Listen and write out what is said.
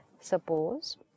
Suppose